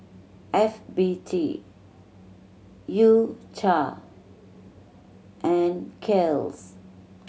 F B T U Cha and Kiehl's